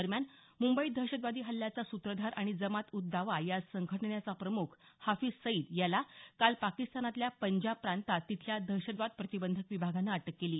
दरम्यान मुंबई दहशतवादी हल्ल्याचा सुत्रधार आणि जमात उद दावा या संघटनेचा प्रमुख हाफीझ सईद याला काल पाकिस्तानातल्या पंजाब प्रांतात तिथल्या दहशतवाद प्रतिबंधक विभागानं अटक केली